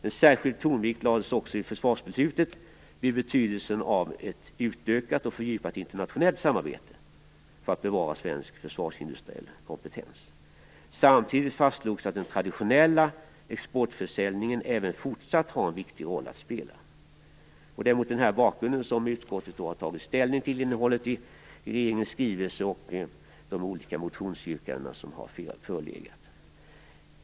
En särskild tonvikt lades i försvarsbeslutet vid betydelsen av ett utökat och fördjupat internationellt samarbete för att bevara svensk försvarsindustriell kompetens. Samtidigt fastslogs att den traditionella exportförsäljningen även fortsatt har en viktig roll att spela. Det är mot denna bakgrund som utskottet har tagit ställning till innehållet i regeringens skrivelse och de olika motionsyrkanden som har förelegat.